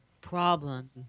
problem